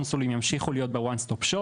הקונסולים ימשיכו להיות ב-One stop shop.